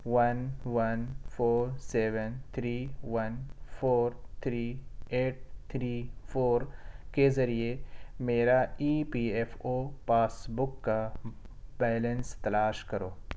one one four seven three one four three eight three four کے ذریعے میرا E P F O passbook کا balance تلاش کرو